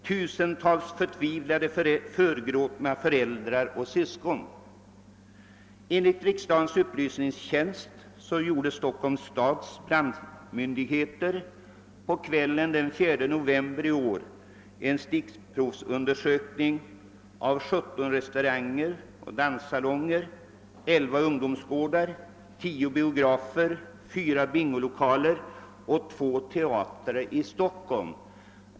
Tusentals förtvivlade, förgråtna föräldrar och syskon.» Enligt riksdagens upplysningstjänst gjorde Stockholms stads brandmyndigheter på kvällen den 4 november i år en stickprovsundersökning, som omfattade 17 restauranger och danssalonger, 11 ungdomsgårdar, 10 biografer, 4 bingolokaler och 2 teatrar i Stockholm.